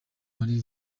marie